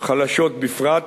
חלשות בפרט,